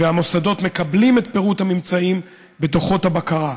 והמוסדות מקבלים את פירוט הממצאים בדוחות הבקרה.